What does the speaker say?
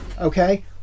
Okay